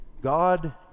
god